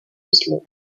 oslo